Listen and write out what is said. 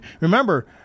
Remember